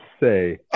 say